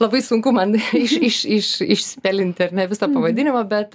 labai sunku man iš iš iš išspelinti ar ne visą pavadinimą bet